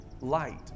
light